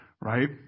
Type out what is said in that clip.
right